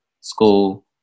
school